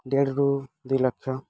ଦେଢ଼ ରୁ ଦୁଇ ଲକ୍ଷ